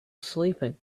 sleeping